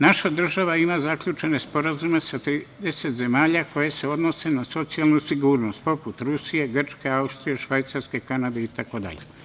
Naša država zaključene sporazume sa 30 zemalja, koji se odnose na socijalnu sigurnost, poput Rusije, Grčke, Austrije, Švajcarske, Kanade itd.